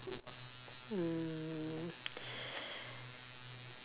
mm